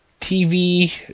TV